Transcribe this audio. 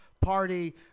party